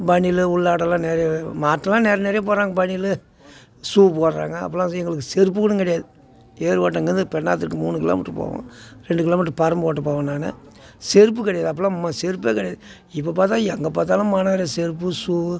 பணியலு உள்ளாடையெலாம் நிறையா மாற்றமா நிறைய நிறைய போடுறாங்க பணியலு ஸூ போடுறாங்க அப்போலாம் வந்து எங்களுக்கு செருப்பு கூடங் கிடையாது ஏர் ஓட்டுறதுங்கிறது பெண்ணாத்துக்கு மூணு கிலோ மீட்டர் போவோம் ரெண்டு கிலோ மீட்டர் பரம்பு ஓட்ட போவேன் நான் செருப்பு கிடையாது அப்போலாம் ம செருப்பே கிடையாது இப்போ பார்த்தா எங்கே பார்த்தாலும் மனாரஸ் செருப்பு ஸூ